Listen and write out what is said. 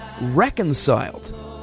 reconciled